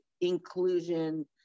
inclusion